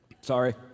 Sorry